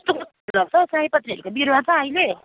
कस्तो कस्तो फुलहरू छ सयपत्रीहरूको बिरुवा छ अहिले